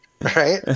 Right